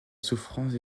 souffrance